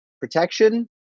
protection